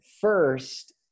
First